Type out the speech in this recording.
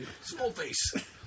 small-face